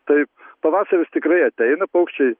taip pavasaris tikrai ateina paukščiai